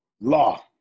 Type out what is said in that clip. law